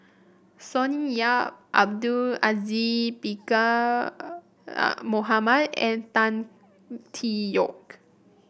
Sonny Yap Abdul Aziz Pakkeer Mohamed and Tan Tee Yoke